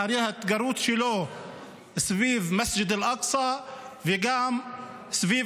אחרי ההתגרות שלו סביב מסג'ד אל-אקצא וגם סביב